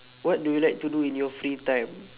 what do you like to do in your free time